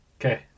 Okay